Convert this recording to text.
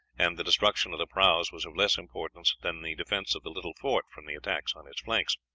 and the destruction of the prahus was of less importance than the defense of the little fort from the attacks on its flanks.